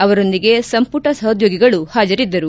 ಅವರೊಂದಿಗೆ ಸಂಪುಟ ಸಹೋದ್ಯೋಗಿಗಳು ಹಾಜರಿದ್ದರು